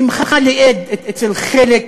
שמחה לאיד אצל חלק